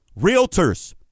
realtors